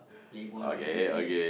playboy magazine